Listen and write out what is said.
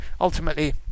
ultimately